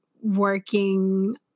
working